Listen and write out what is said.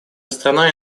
страна